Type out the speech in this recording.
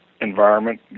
environment